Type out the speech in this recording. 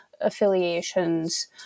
affiliations